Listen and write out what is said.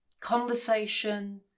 conversation